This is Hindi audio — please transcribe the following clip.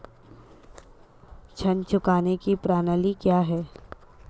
ऋण चुकाने की प्रणाली क्या है?